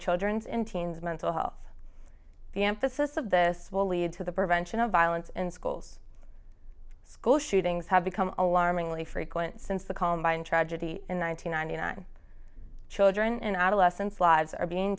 children's in teens mental health the emphasis of this will lead to the prevention of violence in schools school shootings have become alarmingly frequent since the columbine tragedy in one thousand nine hundred nine children and adolescents lives are being